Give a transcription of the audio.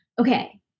okay